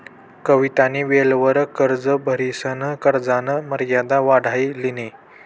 कवितानी वेळवर कर्ज भरिसन कर्जना मर्यादा वाढाई लिनी